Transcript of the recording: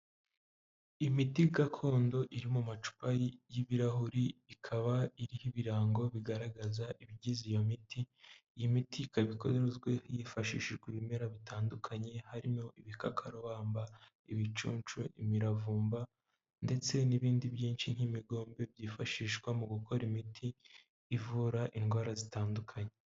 Imiti gakondo iri mu macupa y'ibirahuri ikaba iriho ibirango bigaragaza ibigize iyo miti iyi miti ikabikozwe hifashishijwe ibimera bitandukanye harimo ibikakarubamba ,ibicunshu, imiravumba ndetse n'ibindi byinshi nk'imigombe byifashishwa mu gukora imiti ivura indwara zitandukanye.